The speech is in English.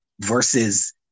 versus